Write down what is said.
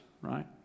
right